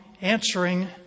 answering